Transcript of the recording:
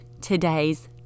today's